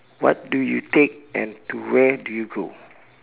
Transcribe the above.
what do you take and to where do you go